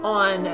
on